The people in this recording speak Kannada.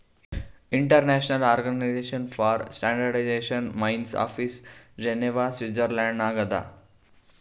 international organisation for standardisation main office Geneva Switzerland ನಾಗ್ ಅದಾ